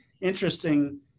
interesting